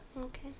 Okay